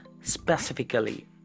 specifically